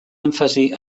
èmfasi